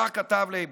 כך כתב ליבוביץ'.